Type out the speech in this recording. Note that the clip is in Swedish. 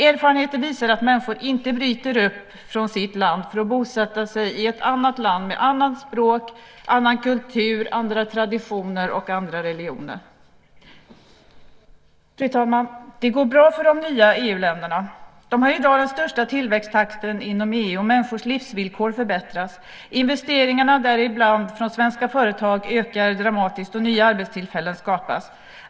Erfarenheter visar att människor inte gärna bryter upp från sitt land för att bosätta sig i ett annat land med ett annat språk, annan kultur, andra traditioner och andra religioner. Det går bra för de nya EU-länderna. De har i dag den högsta tillväxttakten inom EU, och människors livsvillkor förbättras. Investeringarna, däribland från svenska företag, ökar dramatiskt, och nya arbetstillfällen skapas.